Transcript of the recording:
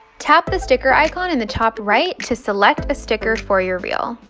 tap the sticker icon in the top-right to select a sticker for your reel.